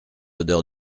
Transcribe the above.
odeur